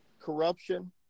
Corruption